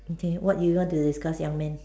okay what you want to discuss young man